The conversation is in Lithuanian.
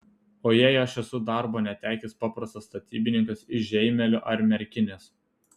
o jei aš esu darbo netekęs paprastas statybininkas iš žeimelio ar merkinės